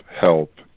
help